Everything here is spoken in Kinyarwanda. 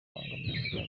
kubangamira